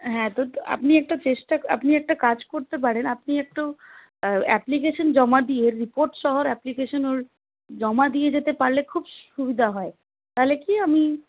হ্যাঁ তো আপনি একটা চেষ্টা আপনি একটা কাজ করতে পারেন আপনি একটু অ্যাপ্লিকেশান জমা দিয়ে রিপোর্টসহর অ্যাপ্লিকেশান ওর জমা দিয়ে যেতে পারলে খুব সুবিধা হয় তাহলে কী আমি